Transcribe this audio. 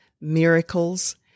miracles